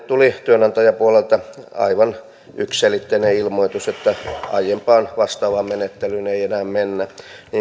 tuli työnantajapuolelta aivan yksiselitteinen ilmoitus että aiempaan vastaavaan menettelyyn ei enää mennä